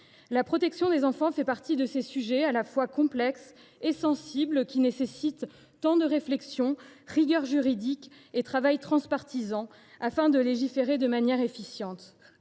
La protection des enfants fait partie de ces sujets à la fois complexes et sensibles qui nécessitent temps de réflexion, rigueur juridique et travail transpartisan, afin de légiférer de manière efficiente,